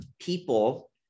people